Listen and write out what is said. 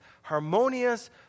harmonious